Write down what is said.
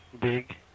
Big